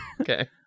Okay